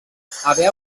haver